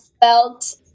felt